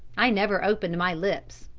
i never opened my lips,